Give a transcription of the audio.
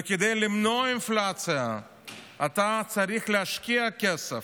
וכדי למנוע אינפלציה אתה צריך להשקיע כסף,